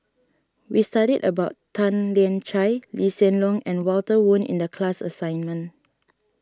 we studied about Tan Lian Chye Lee Hsien Loong and Walter Woon in the class assignment